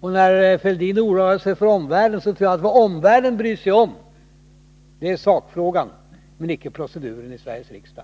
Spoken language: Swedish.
Thorbjörn Fälldin oroar sig för omvärlden. Jag tror att det omvärlden bryr sig om är sakfrågan och icke proceduren i Sveriges riksdag.